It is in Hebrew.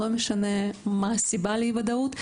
לא משנה מה הסיבה לאי-ודאות,